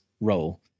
role